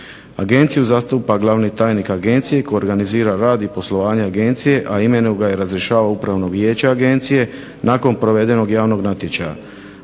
Agenciju zastupa Glavni tajnik agencije koji organizira rad i poslovanje agencije, a imenuje ga i razrješava Upravno vijeće agencije nakon provedenog javnog natječaja.